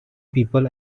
people